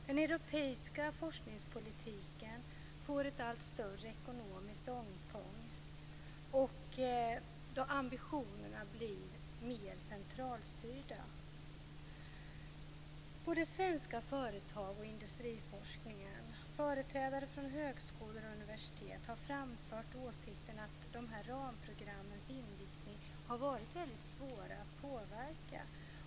Den europeiska forskningspolitiken får ett allt större ekonomiskt omfång då ambitionerna blir mer centralstyrda. Svenska företag, industriforskningen och företrädare från högskolor och universitet har framfört åsikten att dessa ramprograms inriktning har varit väldigt svår att påverka.